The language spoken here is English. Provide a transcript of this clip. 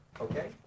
okay